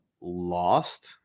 lost